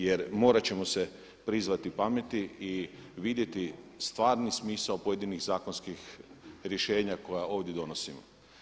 Jer morat ćemo se prizvati pameti i vidjeti stvarni smisao pojedinih zakonskih rješenja koja ovdje donosimo.